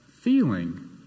feeling